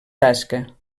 tasca